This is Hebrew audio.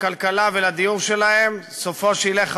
לכלכלה ולדיור שלהם, סופו שילך הביתה,